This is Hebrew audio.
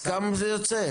אז כמה זה יוצא?